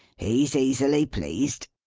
he's easily pleased.